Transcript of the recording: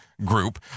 group